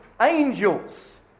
angels